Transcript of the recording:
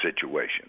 situation